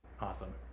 Awesome